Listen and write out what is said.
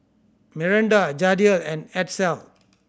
Miranda Jadiel and Edsel